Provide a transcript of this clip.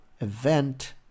event